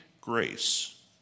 grace